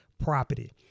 property